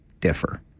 differ